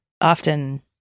often